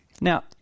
Now